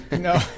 no